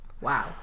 wow